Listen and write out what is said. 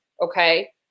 okay